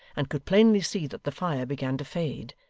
and could plainly see that the fire began to fade,